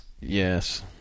Yes